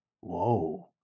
Whoa